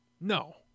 No